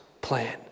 plan